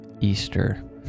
Easter